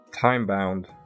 time-bound